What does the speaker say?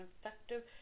effective